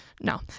No